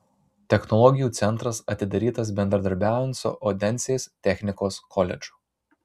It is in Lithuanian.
technologijų centras atidarytas bendradarbiaujant su odensės technikos koledžu